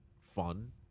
fun